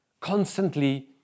constantly